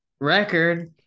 record